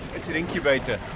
it's an incubator.